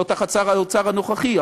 לא תחת שר האוצר הנוכחי,